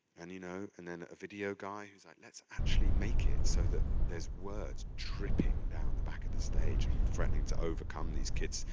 and you know and then a video guy who's like, let's actually make it so that there's words dripping down the back of the stage and threatening to overcome these kids,